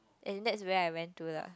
is that where I went to lah